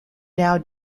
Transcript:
now